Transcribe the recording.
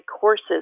courses